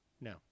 No